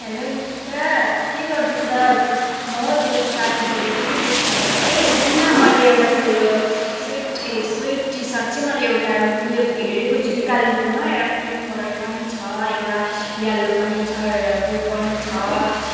hello Nikita के गर्दैछस् म हौ तेरो साथी बोलेको नि बेस्ट फ्रेन्ड कि सुन् न मैले एउटा उयो स्वीट ए स्वेट टी सर्ट चाहिँ मैले एउटा उयो हेरेको छु कि कालिम्पोङमा एउटा पिङ्क कलर पनि छ एउटा यल्लो पनि छ एउटा ब्लू पनि छ